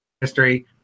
history